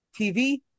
TV